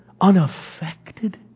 unaffected